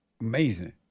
Amazing